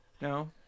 No